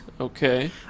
Okay